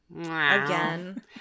Again